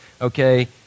okay